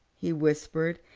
he whispered,